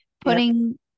putting